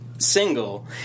single